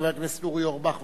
חבר הכנסת אורי אורבך,